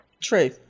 True